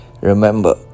remember